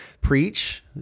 preach